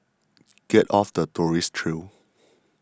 get off the tourist trail